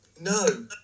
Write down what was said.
No